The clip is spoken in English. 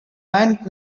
aunt